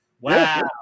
wow